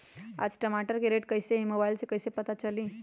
आज टमाटर के रेट कईसे हैं मोबाईल से कईसे पता चली?